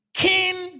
king